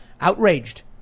outraged